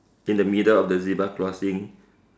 in the middle of the zebra crossing